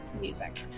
music